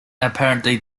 apparently